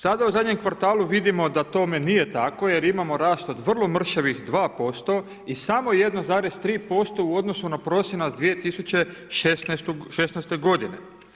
Sada u zadnjem kvartalu vidimo da tome nije tako jer imamo rast od vrlo mršavih 2% i samo 1,3% u odnosu na prosinac 2016. godine.